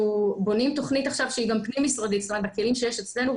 אנחנו בונים תוכנית עכשיו שהיא גם פנים-משרדית בכלים שיש אצלנו,